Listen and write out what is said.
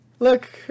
look